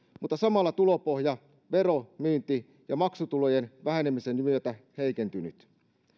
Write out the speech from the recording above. mutta samalla tulopohja vero myynti ja maksutulojen vähenemisen myötä heikentynyt